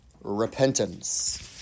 Repentance